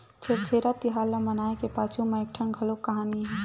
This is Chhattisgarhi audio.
छेरछेरा तिहार ल मनाए के पाछू म एकठन घलोक कहानी हे